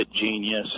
genius